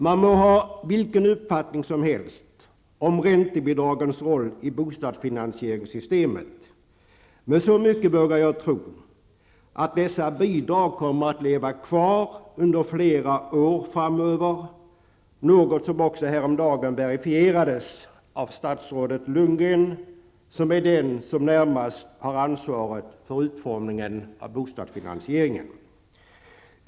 Man må ha vilken uppfattning som helst om räntebidragens roll i bostadsfinansieringssystemet, men så mycket vågar jag tro att dessa bidrag kommer att leva kvar under flera år framöver; något som också häromdagen verifierades av statsrådet Lundgren, som är den som närmast har ansvaret för utformningen av bostadsfinansieringen.